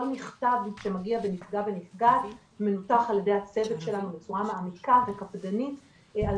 כל מכתב שמגיע מנפגע מנותח על ידי הצוות שלנו בצורה מעמיקה וקפדנית על